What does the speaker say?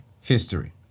history